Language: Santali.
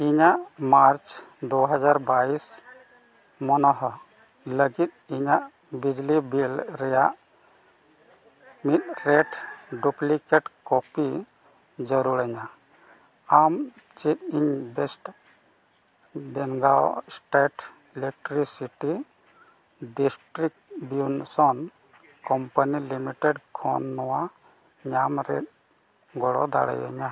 ᱤᱧᱟᱹᱜ ᱢᱟᱨᱪ ᱫᱩᱦᱟᱡᱟᱨ ᱵᱟᱭᱤᱥ ᱢᱟᱱᱟᱹᱦᱟ ᱞᱟᱹᱜᱤᱫ ᱤᱧᱟᱹᱜ ᱵᱤᱡᱽᱞᱤ ᱵᱤᱞ ᱨᱮᱭᱟᱜ ᱢᱤᱫ ᱨᱮᱹᱴ ᱰᱩᱯᱞᱤᱠᱮᱴ ᱠᱚᱯᱤ ᱡᱟᱹᱨᱩᱲᱟᱹᱧᱟ ᱟᱢ ᱪᱮᱫ ᱤᱧ west Bengal state electricity distribution company limited ᱠᱷᱚᱱ ᱱᱚᱣᱟ ᱧᱟᱢ ᱨᱮ ᱜᱚᱲᱚ ᱫᱟᱲᱮᱭᱟᱹᱧᱟ